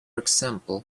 example